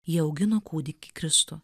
jie augino kūdikį kristų